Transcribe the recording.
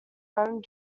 home